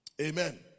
Amen